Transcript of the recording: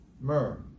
myrrh